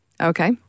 Okay